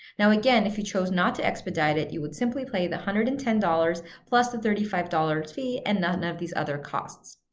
now again, if you chose not to expedite it you would simply pay the one hundred and ten dollars, plus the thirty five dollars fee, and none of these other costs.